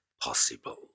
possible